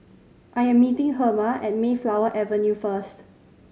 I am meeting Herma at Mayflower Avenue first